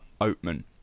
Oatman